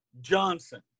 Johnson